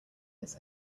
his